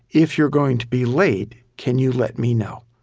if you're going to be late, can you let me know?